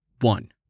one